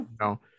no